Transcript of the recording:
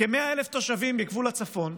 כ-100,000 תושבים בגבול הצפון,